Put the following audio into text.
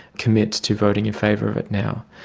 commit to voting in favour of it now.